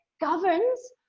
governs